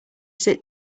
sit